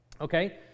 Okay